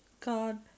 God